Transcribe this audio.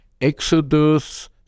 Exodus